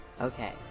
Okay